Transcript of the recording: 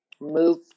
move